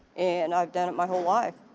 and i've done it my whole life.